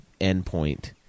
endpoint